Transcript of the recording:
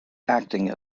acting